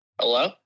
Hello